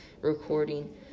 recording